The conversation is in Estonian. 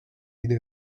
ida